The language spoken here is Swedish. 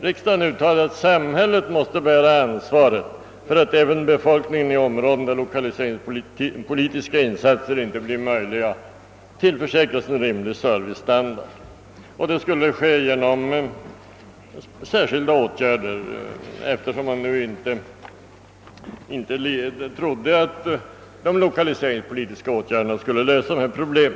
Riksdagen uttalade att samhället måste bära ansvaret för att även befolkningen i områden, där lokaliseringspolitiska insatser inte blir möjliga, tillförsäkras en rimlig servicestandard. Detta skulle åstadkommas genom särskilda åtgärder, eftersom man inte trodde att de lokaliseringspolitiska åtgärderna skulle lösa dessa problem.